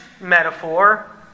metaphor